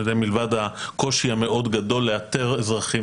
וזה מלבד הקושי המאוד גדול לאתר אזרחים